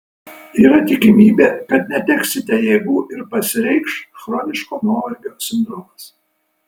yra tikimybė kad neteksite jėgų ir pasireikš chroniško nuovargio sindromas